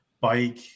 bike